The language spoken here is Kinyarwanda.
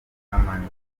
n’amanywa